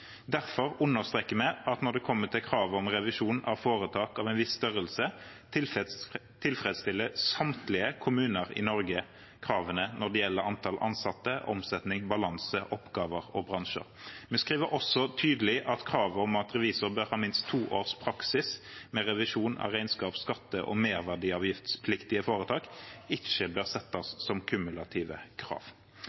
Derfor understreker vi at når det kommer til krav om revisjon av foretak av en viss størrelse, tilfredsstiller samtlige kommuner i Norge kravene når det gjelder antall ansatte, omsetning, balanse, oppgaver og bransjer. Vi skriver også tydelig at kravet om at revisor bør ha minst to års praksis med revisjon av regnskaps-, skatte- og merverdiavgiftspliktige foretak ikke bør settes